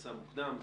נכנסה מוקדם,